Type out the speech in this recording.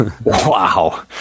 Wow